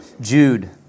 Jude